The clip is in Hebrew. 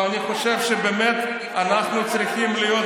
ואני חושב שבאמת אנחנו צריכים להיות